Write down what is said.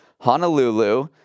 Honolulu